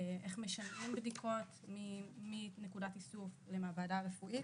איך משנעים בדיקות מנקודת איסוף למעבדה רפואית,